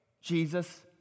Jesus